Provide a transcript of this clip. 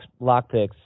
lockpicks